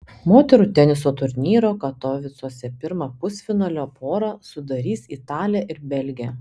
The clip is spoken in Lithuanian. moterų teniso turnyro katovicuose pirmą pusfinalio porą sudarys italė ir belgė